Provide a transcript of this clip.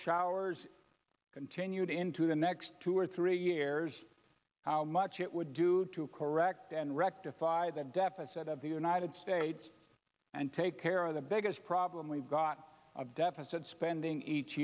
showers continue you'd into the next two or three years how much it would do to correct and rectify the deficit of the united states and take care of the biggest problem we've got of deficit spending each